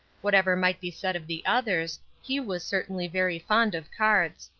whatever might be said of the others, he was certainly very fond of cards.